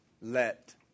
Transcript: let